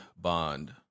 Bond